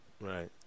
Right